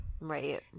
Right